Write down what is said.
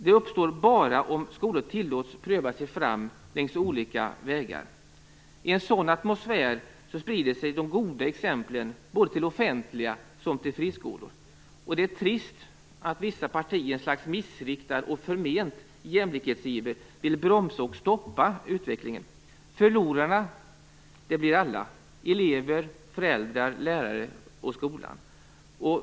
Det uppstår bara om skolor tillåts pröva sig fram längs olika vägar. I en sådan atmosfär sprider sig de goda exemplen både till offentliga skolor och till friskolor. Det är trist att vissa partier i ett slags missriktad och förment jämlikhetsiver vill bromsa och stoppa utvecklingen. Förlorarna blir alla: elever, föräldrar, lärare och skolan.